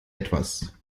etwas